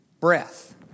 breath